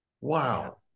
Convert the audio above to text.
Wow